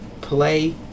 play